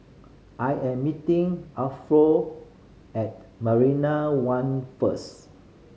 I am meeting at Marina One first